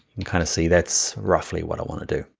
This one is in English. and kind of see that's roughly what i wanna do.